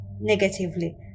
negatively